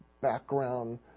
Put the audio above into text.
background